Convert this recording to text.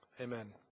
Amen